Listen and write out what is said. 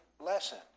lesson